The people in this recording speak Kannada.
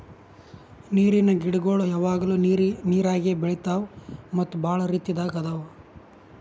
ನೀರಿನ್ ಗಿಡಗೊಳ್ ಯಾವಾಗ್ಲೂ ನೀರಾಗೆ ಬೆಳಿತಾವ್ ಮತ್ತ್ ಭಾಳ ರೀತಿದಾಗ್ ಅವಾ